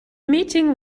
meeting